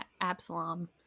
Absalom